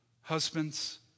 Husbands